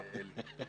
אלי.